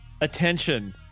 Attention